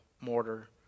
mortar